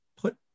put